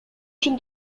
үчүн